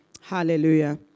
Hallelujah